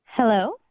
Hello